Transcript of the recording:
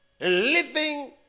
living